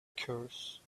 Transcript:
curse